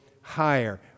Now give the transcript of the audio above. higher